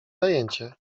zajęcie